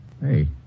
Hey